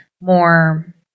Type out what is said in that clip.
more